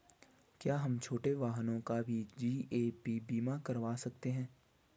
क्या हम छोटे वाहनों का भी जी.ए.पी बीमा करवा सकते हैं?